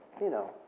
you know,